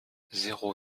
zéro